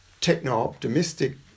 techno-optimistic